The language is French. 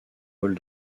vol